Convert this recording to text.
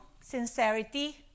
sincerity